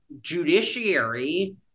judiciary